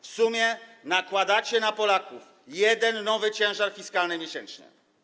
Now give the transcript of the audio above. W sumie nakładacie na Polaków jeden nowy ciężar fiskalny miesięcznie.